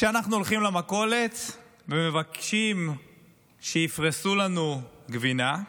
כשאנחנו הולכים למכולת ומבקשים שיפרסו לנו גבינה,